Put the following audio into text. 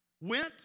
went